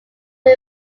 are